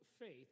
faith